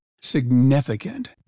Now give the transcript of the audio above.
significant